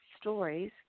stories